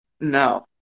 No